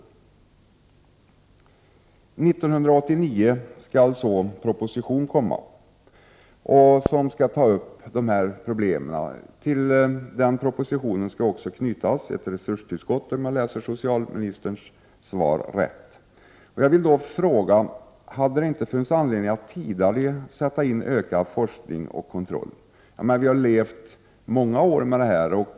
1989 skall det komma en proposition som tar upp dessa problem. Till den propositionen skall också knytas ett resurstillskott, om jag uppfattat socialministerns svar rätt. Jag vill då fråga: Hade det inte funnits anledning att tidigare sätta in ökad forskning och kontroll? Vi har levt med dessa problem i många år.